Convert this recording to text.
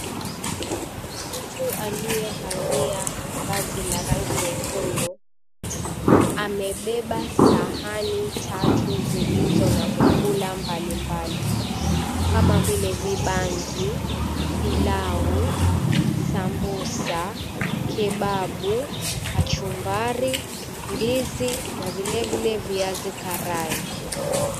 Mtu aliyevalia vazi la rangi nyekundu amebeba sahani tatu zilizo na vyakula mbali mbali kama vile vibanzi, pilau, sambusa, kebabu, kachumbari, ndizi na vile vile viazi karai.